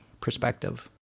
perspective